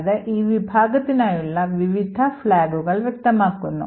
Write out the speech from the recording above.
അത് ഈ വിഭാഗത്തിനായുള്ള വിവിധ ഫ്ലാഗുകൾ വ്യക്തമാക്കുന്നു